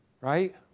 Right